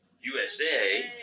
USA